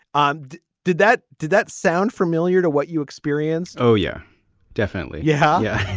and did that did that sound familiar to what you experienced oh yeah definitely. yeah yeah